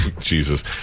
Jesus